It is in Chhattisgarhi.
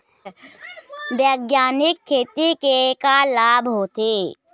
बैग्यानिक खेती के का लाभ होथे?